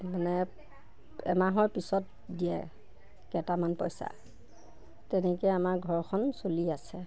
মানে এমাহৰ পিছত দিয়ে কেইটামান পইচা তেনেকৈ আমাৰ ঘৰখন চলি আছে